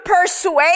persuade